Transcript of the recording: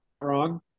wrong